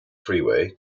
freeway